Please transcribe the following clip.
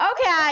Okay